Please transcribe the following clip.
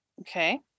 okay